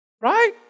Right